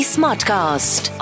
Smartcast